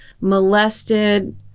molested